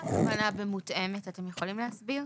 מה הכוונה ב"מותאמת", אתם יכולים להסביר?